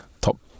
top